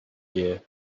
year